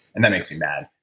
and that makes me mad.